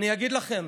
אני אגיד לכם,